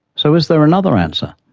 so is there another answer?